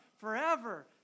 forever